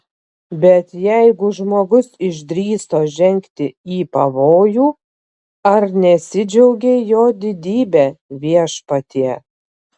bet jeigu žmogus išdrįso žengti į pavojų ar nesidžiaugei jo didybe viešpatie